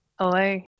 Hello